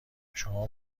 شما